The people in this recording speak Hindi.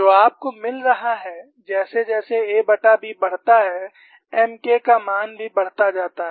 जो आपको मिल रहा है जैसे जैसे aB बढ़ता है M k का मान भी बढ़ता जाता है